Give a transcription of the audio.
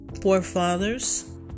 forefathers